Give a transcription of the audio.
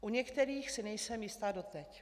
U některých si nejsem jistá doteď.